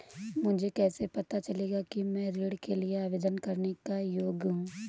मुझे कैसे पता चलेगा कि मैं ऋण के लिए आवेदन करने के योग्य हूँ?